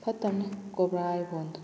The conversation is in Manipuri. ꯐꯠꯇꯕꯅꯦ ꯀꯣꯕ꯭ꯔꯥ ꯍꯥꯏꯔꯤ ꯐꯣꯟꯗꯣ